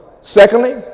Secondly